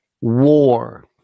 war